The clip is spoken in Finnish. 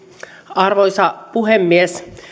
arvoisa puhemies